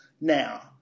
now